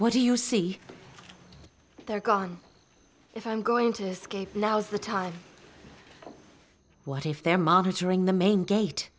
what do you see they're gone if i'm going to escape now's the time what if they're monitoring the main gate